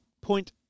point